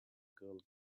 girl